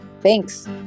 Thanks